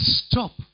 stop